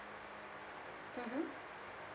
mmhmm